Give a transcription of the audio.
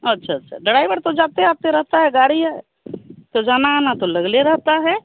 अच्छा अच्छा ड्राईवर तो जाते आते रहता है गाड़ी है तो जाना आना तो लगे रहता है